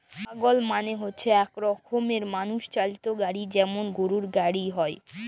ওয়াগল মালে হচ্যে এক রকমের মালষ চালিত গাড়ি যেমল গরুর গাড়ি হ্যয়